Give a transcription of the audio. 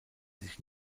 sich